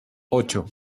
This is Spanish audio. ocho